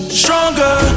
stronger